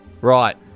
Right